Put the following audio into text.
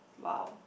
well